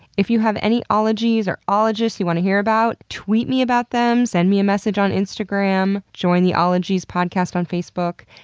if you have any ologies or ologists you want to hear about, tweet me about them! send me a message on instagram. join the ologies podcast group on facebook.